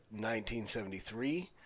1973